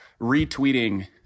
retweeting –